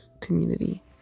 community